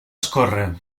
escórrer